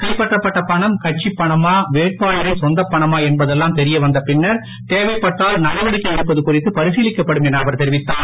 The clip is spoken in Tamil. கைப்பற்றப்பட்ட பணம் கட்சிப் பணமா வேட்பாளரின் சொந்தப் பணமா என்பதெல்லாம் தெரிய வந்த பின்னர் தேவைப்பட்டால் நடவடிக்கை எடுப்பது குறித்து பரிசீலிக்கப்படும் என அவர் தெரிவித்தார்